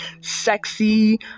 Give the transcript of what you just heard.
sexy